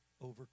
over